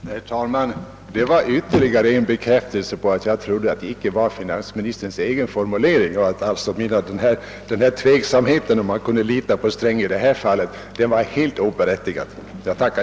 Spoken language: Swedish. Herr talman! Detta var ytterligare en bekräftelse på min tro att vad tidningen skrev inte var finansministerns egen formulering och att alltså tveksamheten huruvida man kunde lita på herr Sträng i detta fall var oberättigad.